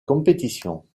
compétition